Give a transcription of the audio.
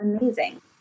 amazing